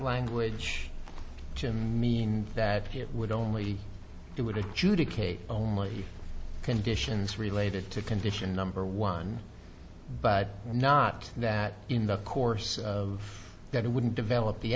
language to mean that it would only do what it judy kate only conditions related to condition number one but not that in the course of that it wouldn't develop the